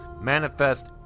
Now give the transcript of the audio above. manifest